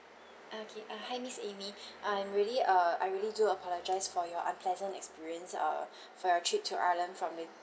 ah okay ah hi miss amy I'm really uh I really do apologise for your unpleasant experience uh for your trip to ireland from